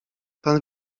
pan